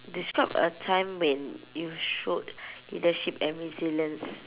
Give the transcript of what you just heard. describe a time when you showed leadership and resilience